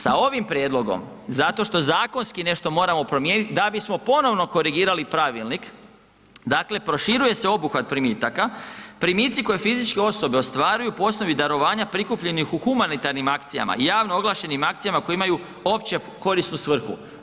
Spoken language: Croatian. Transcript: Sa ovim prijedlogom, zato što zakonski moramo nešto promijeniti da bismo ponovo korigirali pravilnik, dakle proširuje se obuhvat primitaka, primici koje fizičke osobe ostvaruju po osnovi darovanja prikupljenih u humanitarnim akcijama i javno oglašenim akcijama koje imaju opće korisnu svrhu.